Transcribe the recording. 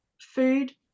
food